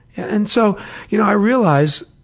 and so you know i realized